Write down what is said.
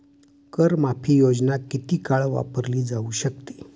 कर माफी योजना किती काळ वापरली जाऊ शकते?